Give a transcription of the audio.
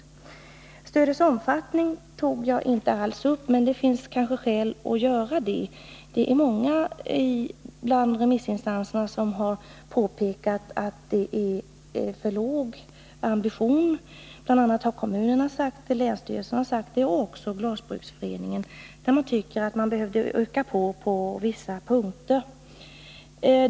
Frågan om stödets omfattning tog jag inte alls upp, men det finns kanske skäl att göra det. Många av remissinstanserna har påpekat att det är för låg ambition. Bl. a. har kommunerna, länsstyrelsen och Glasbruksföreningen sagt det. Dessa instanser anser att det borde ske en ökning på vissa punkter.